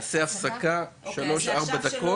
נעשה הפסקה 3-4 דקות.